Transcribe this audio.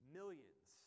millions